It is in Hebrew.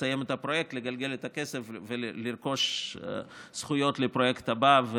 לגלגל את הכסף ולרכוש זכויות לפרויקט הבא,